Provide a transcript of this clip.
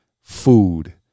food